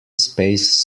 space